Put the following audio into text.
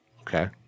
Okay